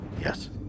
yes